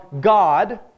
God